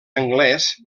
anglès